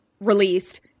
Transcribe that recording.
released